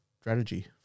strategy